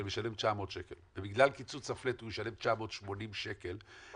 משלם 900 שקל ובגלל קיצוץ הפלאט הוא ישלם 980 שקל,